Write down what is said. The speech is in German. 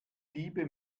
liebe